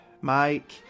Mike